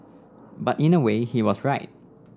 but in a way he was right